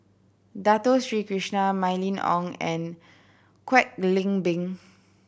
Dato Sri Krishna Mylene Ong and Kwek Leng Beng